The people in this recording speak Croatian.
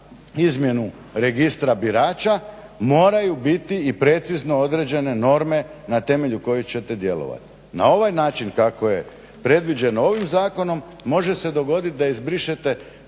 izmjenu Registra birača moraju biti i precizno određene norme na temelju kojih ćete djelovati. Na ovaj način kako je predviđeno ovim zakonom može se dogoditi da izbrišete